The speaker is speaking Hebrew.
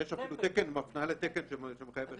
יש אפילו הפנייה לתקן.